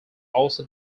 also